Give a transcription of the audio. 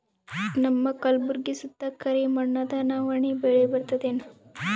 ನಮ್ಮ ಕಲ್ಬುರ್ಗಿ ಸುತ್ತ ಕರಿ ಮಣ್ಣದ ನವಣಿ ಬೇಳಿ ಬರ್ತದೇನು?